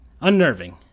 unnerving